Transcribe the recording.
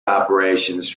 operations